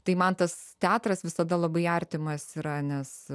tai man tas teatras visada labai artimas yra nes